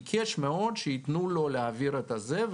ביקש מאוד שיתנו לו להעביר את הזה,